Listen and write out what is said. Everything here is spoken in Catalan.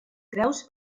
creus